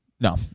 No